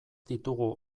ditugu